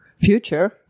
future